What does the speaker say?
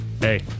hey